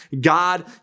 God